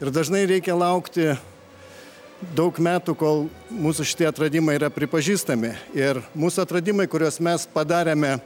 ir dažnai reikia laukti daug metų kol mūsų šitie atradimai yra pripažįstami ir mūsų atradimai kuriuos mes padarėme